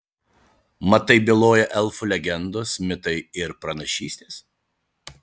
mat taip byloja elfų legendos mitai ir pranašystės